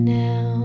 now